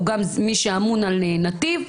הוא גם מי שאמון על נתיב,